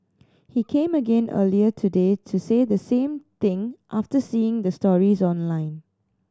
he came again earlier today to say the same thing after seeing the stories online